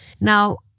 Now